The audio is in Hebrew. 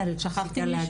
שכחתי מישהו?